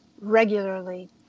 regularly